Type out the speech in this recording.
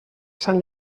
sant